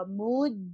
mood